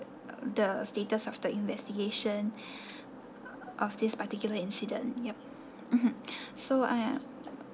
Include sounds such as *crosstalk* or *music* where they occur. the status of the investigation *breath* of this particular incident yup mmhmm so I